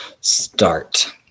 start